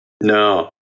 No